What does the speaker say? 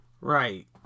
Right